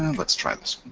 let's try this